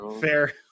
Fair